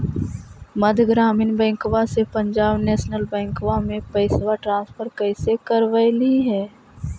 मध्य ग्रामीण बैंकवा से पंजाब नेशनल बैंकवा मे पैसवा ट्रांसफर कैसे करवैलीऐ हे?